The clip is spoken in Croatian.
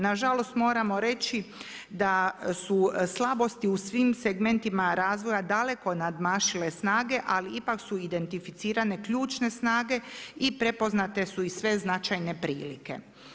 Na žalost moramo reći da su slabosti u svim segmentima razvoja daleko nadmašile snage, ali ipak su identificirane ključne snage i prepoznate su i sve značajne prilike.